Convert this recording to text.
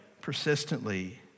persistently